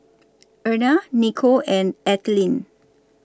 Erna Nicolle and Ethelene